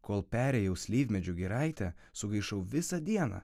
kol perėjau slyvmedžių giraitę sugaišau visą dieną